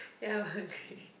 ya okay